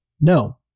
No